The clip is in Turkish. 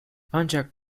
ancak